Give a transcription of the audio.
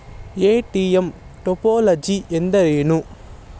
ATM topology ಎಂದರೇನು?